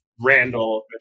Randall